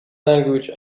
language